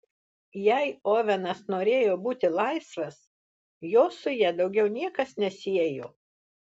jei ovenas norėjo būti laisvas jo su ja daugiau niekas nesiejo